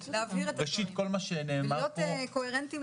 ננסה להבהיר את הדברים ולהיות קוהרנטיים.